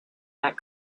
that